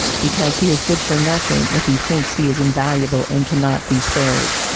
because he is good for nothing if he thinks he is invaluable and cannot be spared.